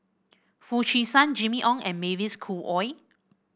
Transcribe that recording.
Foo Chee San Jimmy Ong and Mavis Khoo Oei